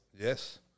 Yes